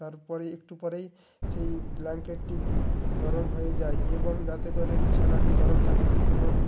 তারপরে একটু পরেই সেই ব্ল্যাঙ্কেটটি গরম হয়ে যায় এবং যাতে করে বিছানাটি গরম থাকে এবং